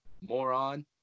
Moron